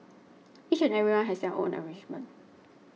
each and everyone has their own arrangement